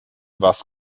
was